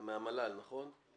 מהמל"ל, נכון?